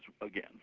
again